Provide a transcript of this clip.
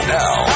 now